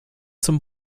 zum